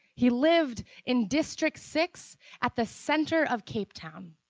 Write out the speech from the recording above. he lived in district six at the center of cape town.